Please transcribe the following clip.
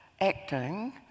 acting